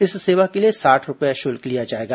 इस सेवा के लिए साठ रुपए शुल्क लिया जाएगा